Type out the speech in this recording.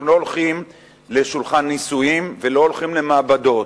אנחנו לא הולכים לשולחן ניסויים ולא הולכים למעבדות.